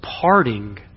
parting